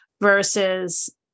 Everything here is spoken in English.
versus